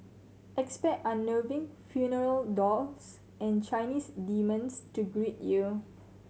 expect unnerving funeral dolls and Chinese demons to greet you